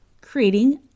creating